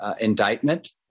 indictment